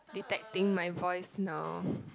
detecting my voice now